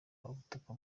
ubutaka